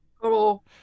Hello